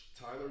Tyler